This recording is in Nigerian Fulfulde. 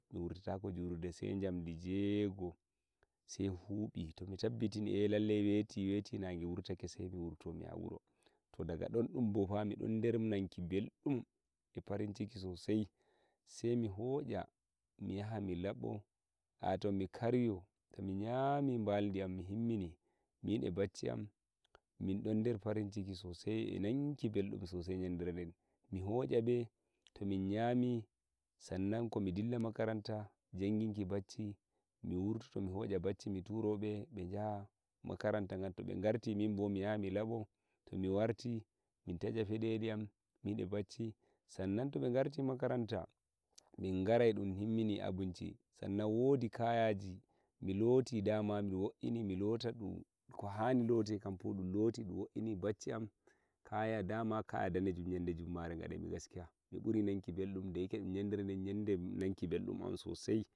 mi warta ko julurde sai mi jamdi jego'o to mi tabbitini weti weti nage wurtake sai mi wurto mi yaha wuro to daga don dum bo fa der nanki beldum e farinciki sosai sai mi hota mi yaha mi labo emi karyo to mi yami nbaldi am min e baccci am min non der farinciki sai eh nanki mbeldum eh yandere den mi hosha be to min nyami san nan ko mi dilla makaranta janginki bacci mi wurto mi hosha bacci mi turo be me jaha makaranta to be ngarti mimbo mi yaha mi labo to mi warti mi taya fedeli am min eh bacci san nan to be ngarti makaranta min garai dum himmini abinci san nan wodi ka yasi miloti dama mi wa'ini bacci am dama kaya danejum yande jumare gaskiya mi buri nanki beldum yandere den dum yandere nan ki mbeldum